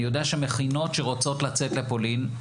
אני יודע שמכינות שרוצות לצאת לפולין,